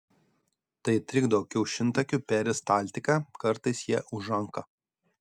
tai trikdo kiaušintakių peristaltiką kartais jie užanka